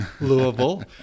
Louisville